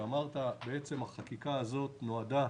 החקיקה הזאת נועדה